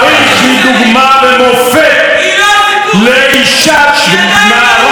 לוסי אהריש היא דוגמה ומופת לאישה, היא לא הסיפור.